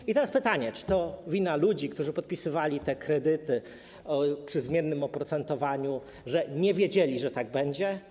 I teraz pytanie: Czy to wina ludzi, którzy podpisywali te kredyty przy zmiennym oprocentowaniu, że nie wiedzieli, że tak będzie?